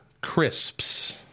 crisps